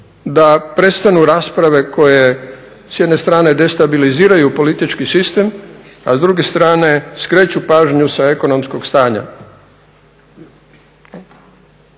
da prestanu rasprave koje s jedne strane destabiliziraju politički sistem a s druge strane skreću pažnju sa ekonomskog stanja.